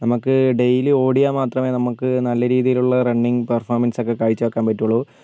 നമുക്ക് ഡെയ്ലി ഓടിയാൽ മാത്രമേ നമുക്ക് നല്ല രീതിയിലുള്ള റണ്ണിങ് പെർഫോമൻസ് ഒക്കെ കാഴ്ച്ചവയ്ക്കാൻ പറ്റുള്ളൂ